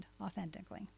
authentically